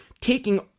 taking